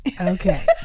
Okay